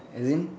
as in